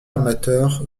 amateur